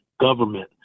government